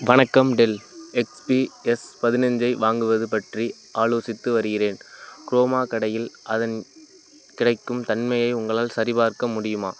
வணக்கம் Dell XPS பதினைந்தை வாங்குவது பற்றி ஆலோசித்து வருகிறேன் க்ரோமா கடையில் அதன் கிடைக்கும் தன்மையை உங்களால் சரிபார்க்க முடியுமா